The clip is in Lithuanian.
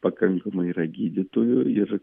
pakankamai yra gydytojų ir